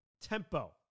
tempo